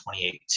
2018